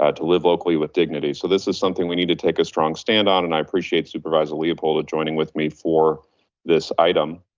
ah to live locally with dignity. so this is something we need to take a strong stand on and i appreciate supervisor leopold for joining with me for this item.